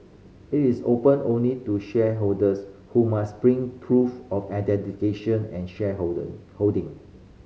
it is open only to shareholders who must bring proof of identification and